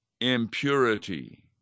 impurity